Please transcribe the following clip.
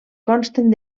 consten